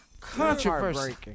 controversy